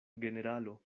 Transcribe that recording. generalo